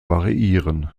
variieren